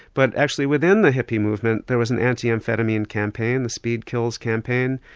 but actually within the hippie movement there was an anti-amphetamine campaign the speed kills campaign,